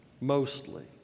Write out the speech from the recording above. Mostly